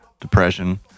depression